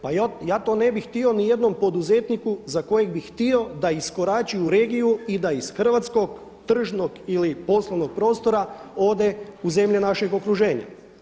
Pa ja to ne bih htio nijednom poduzetniku za kojeg bi htio da iskorači u regiju i da iz hrvatskog tržnog ili poslovnog prostora ode u zemlje našeg okruženja.